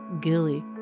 Gilly